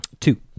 Two